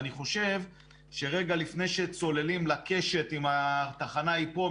אני חושב שרגע לפני שצוללים לקשת אם התחנה היא פה,